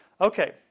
Okay